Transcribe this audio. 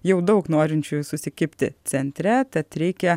jau daug norinčiųjų susikibti centre tad reikia